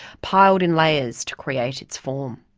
piled in layers to create its form.